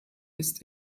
ist